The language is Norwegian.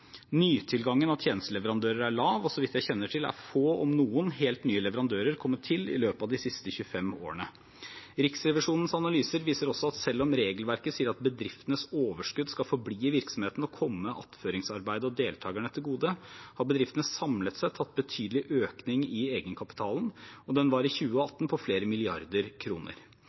Nytilgangen av tjenesteleverandører er lav. Så vidt jeg kjenner til, er få, om noen, helt nye leverandører kommet til i løpet av de siste 25 årene. Riksrevisjonens analyser viser også at selv om regelverket sier at bedriftenes overskudd skal forbli i virksomheten og komme attføringsarbeidet og deltakerne til gode, har bedriftene samlet sett hatt betydelig økning i egenkapitalen, og den var i 2018 på flere milliarder kroner.